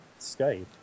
Skype